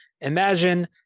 imagine